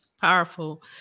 Powerful